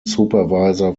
supervisor